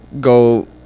go